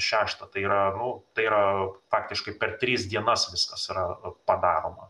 šeštą tai yra nu tai yra faktiškai per tris dienas viskas yra padaroma